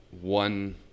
one